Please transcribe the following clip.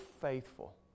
faithful